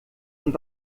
und